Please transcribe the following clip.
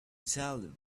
salem